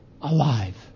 alive